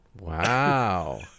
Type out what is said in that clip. Wow